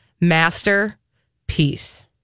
masterpiece